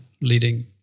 leading